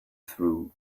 through